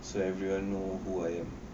so everyone know who I am